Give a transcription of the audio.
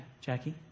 Jackie